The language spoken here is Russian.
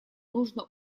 нужно